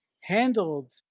handled